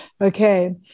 Okay